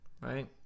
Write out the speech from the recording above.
right